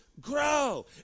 grow